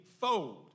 fold